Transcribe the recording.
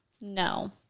No